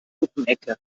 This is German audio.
puppenecke